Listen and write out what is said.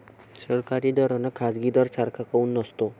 सरकारी दर अन खाजगी दर सारखा काऊन नसतो?